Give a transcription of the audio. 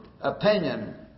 opinion